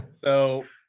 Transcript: so,